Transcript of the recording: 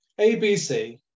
ABC